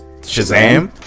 Shazam